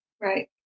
Right